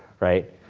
right.